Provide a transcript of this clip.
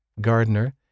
gardener